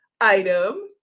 item